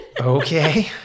Okay